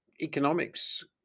economics